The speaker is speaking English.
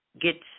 Get